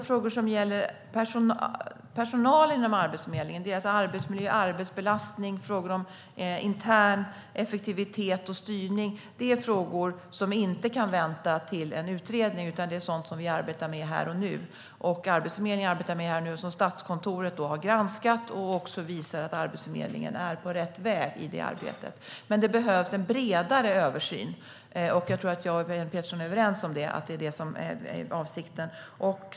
Frågor som gäller personalen inom Arbetsförmedlingen - deras arbetsmiljö, arbetsbelastning, frågor om intern effektivitet och styrning - är frågor som inte kan vänta till en utredning, utan det är sådant som vi arbetar med här och nu. Detta arbete har Statskontoret granskat, och granskningen visar att Arbetsförmedlingen är på rätt väg i det arbetet. Men det behövs en bredare översyn, och jag tror att Jenny Petersson och jag är överens om att det är det som är avsikten.